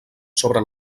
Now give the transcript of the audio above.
sobre